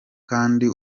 kandi